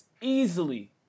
Easily